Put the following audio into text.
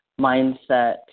mindset